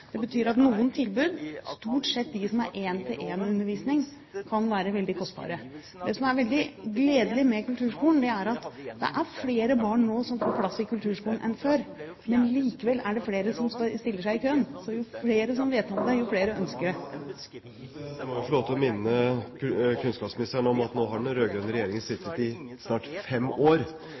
Det betyr at noen tilbud, stort sett de som er én-til-én-undervisning, kan være veldig kostbare. Det som er veldig gledelig, er at det er flere barn som får plass i kulturskolen nå enn før. Likevel er det flere som stiller seg i køen – for jo flere som vet om det, jo flere ønsker en plass. Jeg må få lov til å minne kunnskapsministeren om at den rød-grønne regjeringen har sittet i snart fem år.